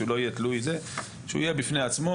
שהוא יהיה בפני עצמו.